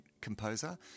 composer